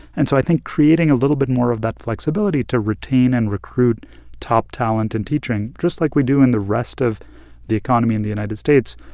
and so i think creating a little bit more of that flexibility to retain and recruit top talent in teaching, just like we do in the rest of the economy in the united states,